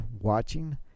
watching